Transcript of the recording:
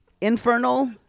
Infernal